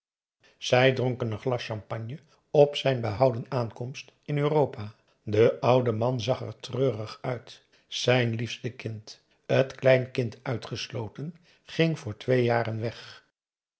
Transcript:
zij dronken een glas champagne op zijn behouden aankomst in europa de oude man zag er treurig uit zijn liefste kind t kleinkind uitgesloten ging voor twee jaren weg